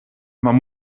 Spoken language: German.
man